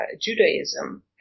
Judaism